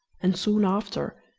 and soon after,